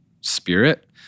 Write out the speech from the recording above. spirit